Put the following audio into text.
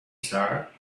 star